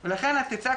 אז יכול להיות שתצטמצם